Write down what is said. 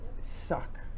suck